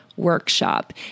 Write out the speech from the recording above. Workshop